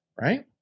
Right